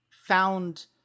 found